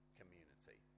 community